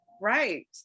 right